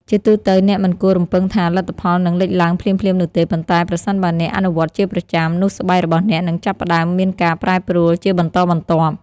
ជាទូទៅ អ្នកមិនគួររំពឹងថាលទ្ធផលនឹងលេចឡើងភ្លាមៗនោះទេ ប៉ុន្តែប្រសិនបើអ្នកអនុវត្តជាប្រចាំ នោះស្បែករបស់អ្នកនឹងចាប់ផ្តើមមានការប្រែប្រួលជាបន្តបន្ទាប់។